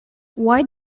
why